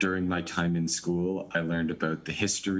במהלך לימודיי בבית הספר למדתי על ההיסטוריה,